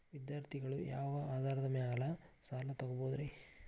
ವಿದ್ಯಾರ್ಥಿಗಳು ಯಾವ ಆಧಾರದ ಮ್ಯಾಲ ಸಾಲ ತಗೋಬೋದ್ರಿ?